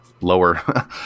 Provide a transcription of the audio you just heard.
Lower